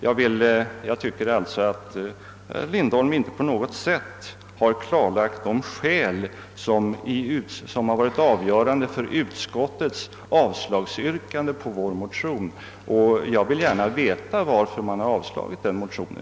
Jag tycker alltså inte att herr Lindholm på något sätt klargjort de skäl som varit avgörande för utskottets yrkande om avslag på vår motion. Jag vill gärna veta varför utskottet yrkar avslag på motionen.